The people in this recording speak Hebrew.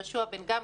יהושע בן גמלא,